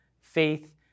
faith